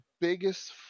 biggest